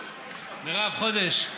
חודש.